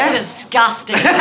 disgusting